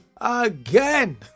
again